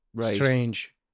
Strange